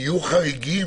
יהיו חריגים,